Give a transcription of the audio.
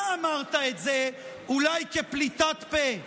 אתה אמרת את זה אולי כפליטות פה: